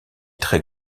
très